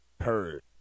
Heard